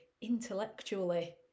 intellectually